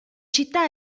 città